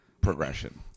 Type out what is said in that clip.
progression